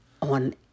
On